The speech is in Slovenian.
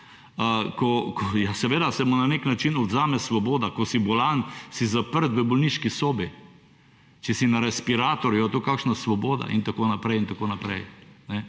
seveda se mu na nek način odvzame svobodo. Ko si bolan, si zaprt v bolniški sobi, če si na respiratorju − ali je to kakšna svoboda? In tako naprej in tako naprej.